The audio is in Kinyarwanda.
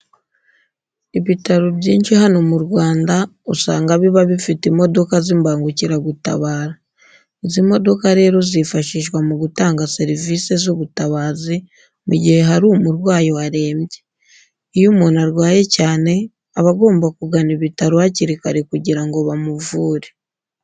Ibitaro byinshi hano mu Rwanda usanga biba bifite imodoka z'imbangukiragutabara. Izi modoka rero zifashishwa mu gutanga serivise z'ubutabazi mu gihe hari umurwayi warembye. Iyo umuntu arwaye cyane aba agomba kugana ibitaro hakiri kare kugira ngo bamuvure.